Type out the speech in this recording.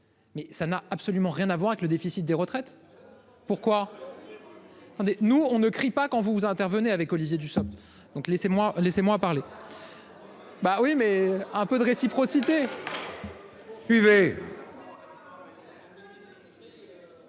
Mais ça n'a absolument rien à voir avec le déficit des retraites. Pourquoi. Alors que. Mais nous on ne crie pas quand vous vous intervenez avec Olivier Dussopt, donc laissez-moi, laissez-moi parler. Bah oui mais un peu de réciprocité. Suivez.